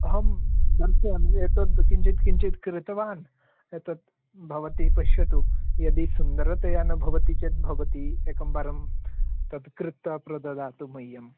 अहं एतद् किञ्चित् किञ्चित् कृतवान् तद् भवति पश्यतु यदि सुन्दरतया न भवति चेत् भवती एकं वारं तत् कृत्वा प्रददातु मह्यम्